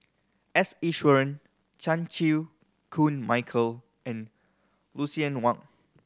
S Iswaran Chan Chew Koon Michael and Lucien Wang